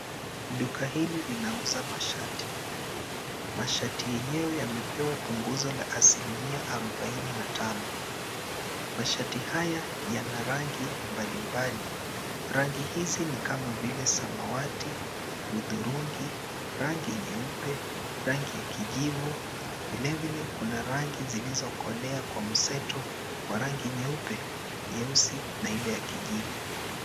Duka hili linauza mashati. Mashati yenyewe yamepewa punguzo la asilimia arobaini na tano. Mashati haya yana rangi mbalimbali. Rangi hizi ni kama vile samawati, hudhurungi, rangi nyeupe, rangi ya kijivu. Vilevile kuna rangi zilizokolea kwa mseto wa rangi nyeupe, nyeusi na ile ya kijivu.